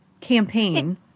campaign